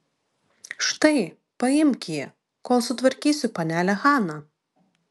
štai paimk jį kol sutvarkysiu panelę haną